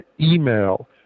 email